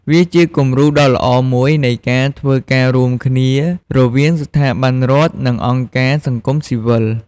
វាជាគំរូដ៏ល្អមួយនៃការធ្វើការរួមគ្នា រវាងស្ថាប័នរដ្ឋនិងអង្គការសង្គមស៊ីវិល។